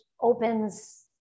opens